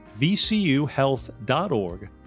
vcuhealth.org